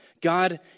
God